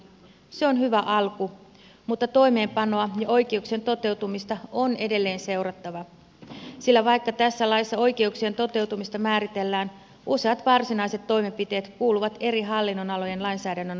se on hyvä alku mutta toimeenpanoa ja oikeuksien toteutumista on edelleen seurattava sillä vaikka tässä laissa oikeuksien toteutumista määritellään useat varsinaiset toimenpiteet kuuluvat eri hallinnonalojen lainsäädännön alle